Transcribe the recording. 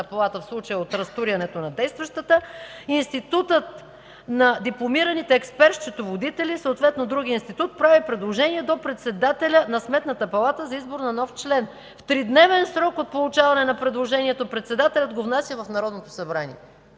палата – в случая от разтурянето на действащата – Институтът на дипломираните експерт-счетоводители, съответно другият институт, прави предложение до председателя на Сметната палата за избор на нов член. В тридневен срок от получаване на предложението председателят го внася в Народното събрание.